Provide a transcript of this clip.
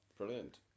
Brilliant